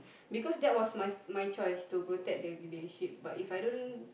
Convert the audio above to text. because that was my my choice to protect the relationship but If I don't